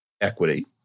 equity